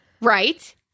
right